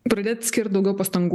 pradėt skirt daugiau pastangų